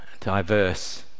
Diverse